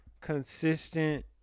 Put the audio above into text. consistent